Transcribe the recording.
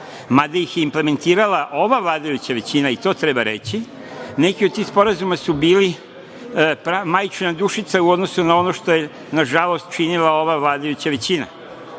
mada ih je implementirala ova vladajuća većina, i to treba reći, neki od tih sporazuma su bili majčina dušica u odnosu na ono što je nažalost činila ova vladajuća većina,